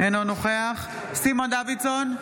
אינו נוכח סימון דוידסון,